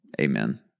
Amen